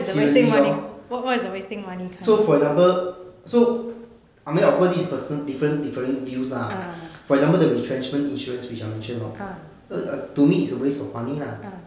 seriously lor so for example so I mean of course this person different different views lah for example the retrenchment insurance which I mention lor err to me it's a waste of money lah